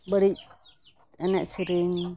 ᱵᱟᱹᱲᱤᱡ ᱮᱱᱮᱡ ᱥᱮᱨᱮᱧ